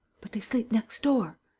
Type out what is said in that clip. but they sleep next door?